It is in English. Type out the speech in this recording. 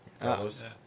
Carlos